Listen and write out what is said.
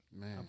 Man